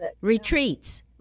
retreats